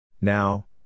Now